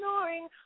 snoring